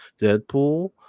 Deadpool